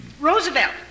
Roosevelt